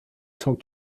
cent